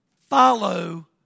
follow